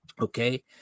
Okay